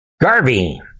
Garvey